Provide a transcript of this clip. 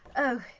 oh.